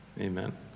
Amen